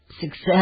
success